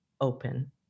open